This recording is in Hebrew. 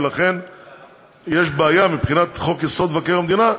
ולכן יש בעיה מבחינת חוק-יסוד: מבקר המדינה,